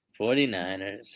49ers